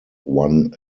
one